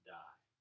die